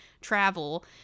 travel